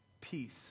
peace